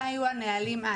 בה יהיו הנהלים אז.